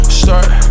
start